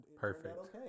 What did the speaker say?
Perfect